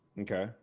Okay